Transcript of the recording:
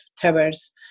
towers